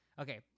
Okay